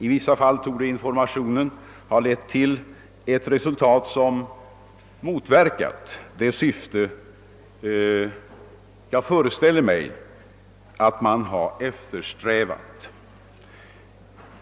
I vissa fall torde informationen ha lett till ett resultat som motverkat det syfte jag föreställer mig att man haft.